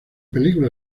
película